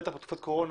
בטח בתקופת קורונה,